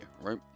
right